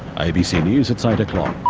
abc news, it's ah eight o'clock.